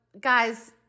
guys